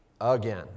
again